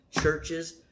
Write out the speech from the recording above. churches